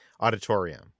auditorium